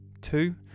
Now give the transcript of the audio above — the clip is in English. Two